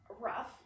rough